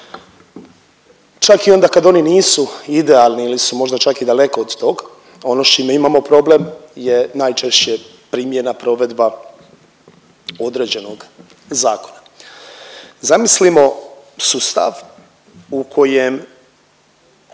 Čak i onda kada oni nisu idealni ili su možda čak i daleko od tog, ono s čime imamo problem je najčešće primjena provedba određenog zakona. Zamislimo sustav u kojem